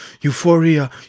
euphoria